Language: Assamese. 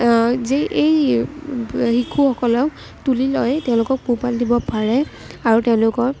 যি এই শিশুসকলক তুলি লৈ তেওঁলোকক পোহপাল দিব পাৰে আৰু তেওঁলোকক